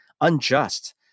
unjust